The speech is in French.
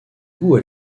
goût